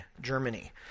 Germany